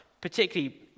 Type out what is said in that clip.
particularly